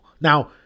Now